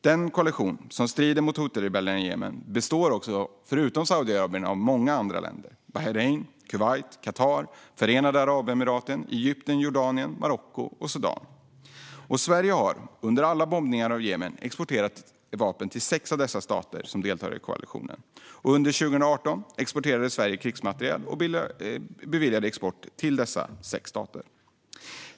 Den koalition som strider mot huthirebellerna i Jemen består förutom av Saudiarabien av många andra länder: Bahrain, Kuwait, Qatar, Förenade Arabemiraten, Egypten, Jordanien, Marocko och Sudan. Sverige har under alla bombningar av Jemen exporterat vapen till sex av dessa stater som deltar i koalitionen. Under 2018 exporterade Sverige krigsmateriel och beviljade export till dessa sex stater.